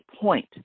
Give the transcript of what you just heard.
point